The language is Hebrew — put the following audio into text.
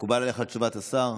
מקובלת עליך תשובת השר?